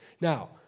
Now